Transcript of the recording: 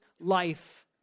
life